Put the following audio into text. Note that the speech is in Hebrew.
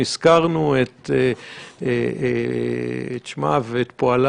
וגם שם בקושי להתפתח